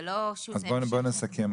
זה לא שונה --- אז בוא נסכם.